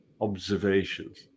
observations